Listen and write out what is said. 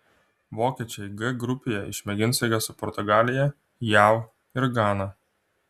vokiečiai g grupėje išmėgins jėgas su portugalija jav ir gana